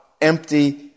Empty